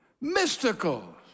mystical